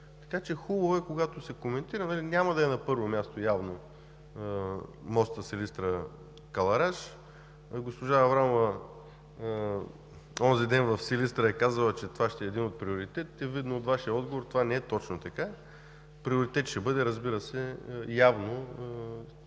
Хубаво е, когато се коментира, но явно няма да е на първо място мостът Силистра – Кълъраш. Госпожа Аврамова онзи ден в Силистра е казала, че това ще е един от приоритетите. Видно от Вашия отговор, това не е точно така. Приоритет ще бъде, разбира се, явно